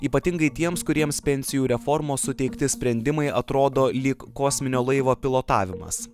ypatingai tiems kuriems pensijų reformos suteikti sprendimai atrodo lyg kosminio laivo pilotavimas